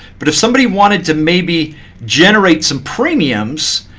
but if somebody wanted to maybe generate some premiums,